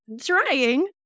trying